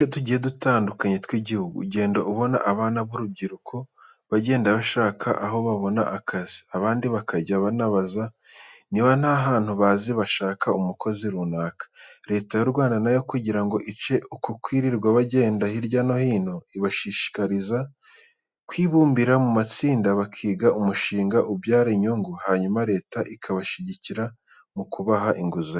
Mu duce tugiye dutandukanye tw'igihugu ugenda ubona abana b'urubyiruko bagenda bashaka aho babona akazi, abandi bakajya banabaza niba nta hantu bazi bashaka umukozi runaka. Leta y'u Rwanda nayo kugira ngo ice uko kwirirwa bagenda hirya no hino ibashishikariza kwibumbira mu matsinda bakiga umushinga ubyara inyungu hanyuma Leta ikabashyigikira mu kubaha inguzanyo.